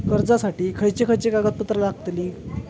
कर्जासाठी खयचे खयचे कागदपत्रा लागतली?